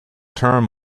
term